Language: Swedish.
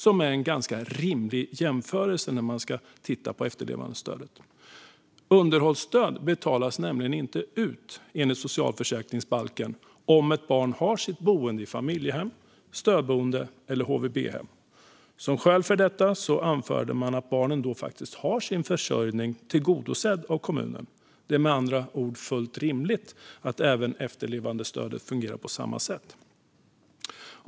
Det är en ganska rimlig jämförelse att göra när det gäller efterlevandestödet. Underhållsstöd betalas enligt socialförsäkringsbalken nämligen inte ut om ett barn har sitt boende i familjehem, stödboende eller HVB-hem. Som skäl för detta anförs att barnet då har sin försörjning tillgodosedd av kommunen. Det är med andra ord fullt rimligt att även efterlevandestödet fungerar på samma sätt.